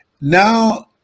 Now